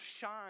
shine